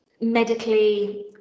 medically